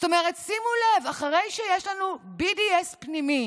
זאת אומרת, שימו לב, אחרי שיש לנו BDS פנימי